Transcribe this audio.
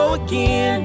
again